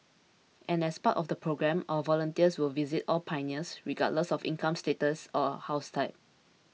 and as part of the programme our volunteers will visit all pioneers regardless of income status or house type